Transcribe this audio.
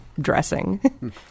dressing